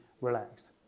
relaxed